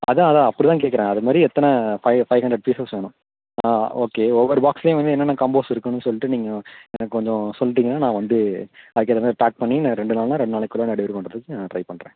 அதுதான் அதுதான் அப்படி தான் கேட்கறேன் அது மாதிரி எத்தனை ஃபை ஃபை ஹண்ட்ரேட் பீஸஸ் வேணும் ஆ ஓகே ஒவ்வொரு பாக்ஸுலையும் வந்து என்னென்ன காம்போஸ் இருக்கணும் சொல்லிட்டு நீங்கள் எனக்கு கொஞ்சம் சொல்லிடிங்கன்னா நான் வந்து எல்லாமே பேக் பண்ணி நான் ரெண்டு நாள்னால் ரெண்டு நாளைக்குள்ளே நான் டெலிவரி பண்ணுறதுக்கு நான் ட்ரை பண்ணுறேன்